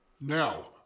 Now